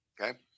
Okay